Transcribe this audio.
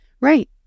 Right